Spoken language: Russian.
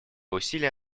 усилия